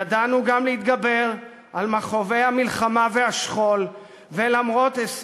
ידענו גם להתגבר על מכאובי המלחמה והשכול ולכרות